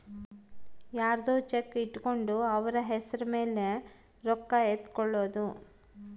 ಯರ್ದೊ ಚೆಕ್ ಇಟ್ಕೊಂಡು ಅವ್ರ ಹೆಸ್ರ್ ಮೇಲೆ ರೊಕ್ಕ ಎತ್ಕೊಳೋದು